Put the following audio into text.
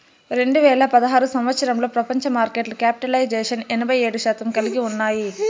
రెండు వేల పదహారు సంవచ్చరంలో ప్రపంచ మార్కెట్లో క్యాపిటలైజేషన్ ఎనభై ఏడు శాతం కలిగి ఉన్నాయి